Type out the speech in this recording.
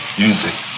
music